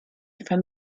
from